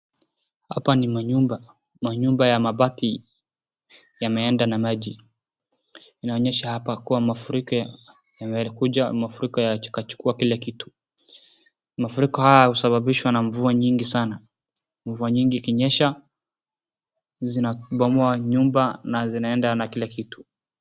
Hapa ni manyumba, manyumba ya mabati yameenda na maji. Inaonyesha hapa kuwa mafuriko yamekuja, mafuriko yamechukua kila kitu. Mafuriko haya husababishwa na mvua nyingi sana. Mvua nyingi ikinyesha, zinabomoa nyumba na zinaenda na kila kitu.